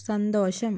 സന്തോഷം